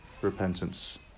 repentance